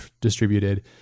distributed